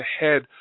ahead